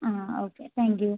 ആ okay thank you